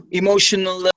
emotional